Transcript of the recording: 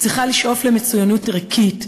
צריכה לשאוף למצוינות ערכית,